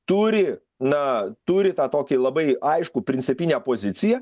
turi na turi tą tokį labai aiškų principinę poziciją